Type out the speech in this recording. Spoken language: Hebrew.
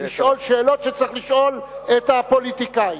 לשאול שאלות שצריך לשאול את הפוליטיקאים,